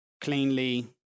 cleanly